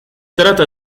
trata